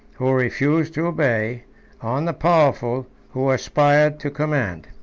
who refused to obey on the powerful, who aspired to command.